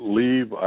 leave